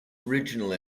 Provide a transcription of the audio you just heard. original